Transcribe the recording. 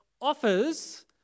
offers